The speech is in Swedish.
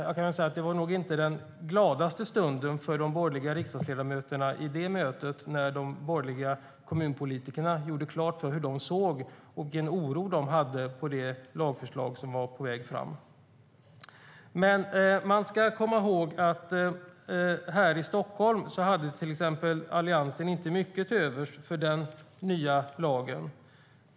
Jag kan säga att det nog inte var den gladaste stunden för de borgerliga riksdagsledamöterna när de borgerliga kommunpolitikerna gjorde klart hur de såg på och vilken oro de kände inför det lagförslag som höll på att tas fram. Men man ska komma ihåg att Alliansen här i Stockholm inte hade mycket till övers för den nya lagen.